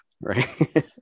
right